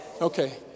Okay